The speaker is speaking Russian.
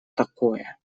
такое